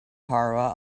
horror